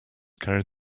carried